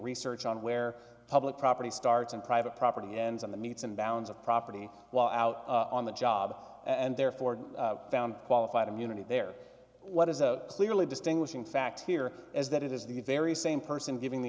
research on where public property starts and private property ends on the meats and bounds of property while out on the job and therefore found qualified immunity there what is a clearly distinguishing factor here is that it is the very same person giving the